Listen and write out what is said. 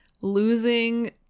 losing